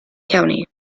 county